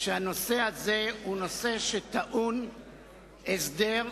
שהנושא הזה הוא נושא שטעון הסדר,